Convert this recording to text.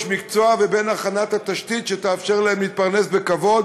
מקצוע ובין הכנה התשתית שתאפשר להם להתפרנס בכבוד,